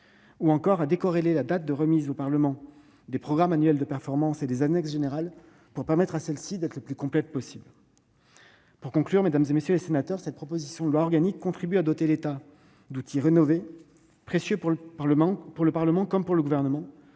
ou encore à décorréler la date de remise au Parlement des projets annuels de performance et des annexes générales pour permettre à celles-ci d'être les plus complètes possible. Mesdames, messieurs les sénateurs, cette proposition de loi organique contribue à doter l'État d'outils rénovés, précieux pour le Parlement comme pour le Gouvernement.